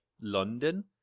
London